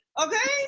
okay